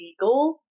legal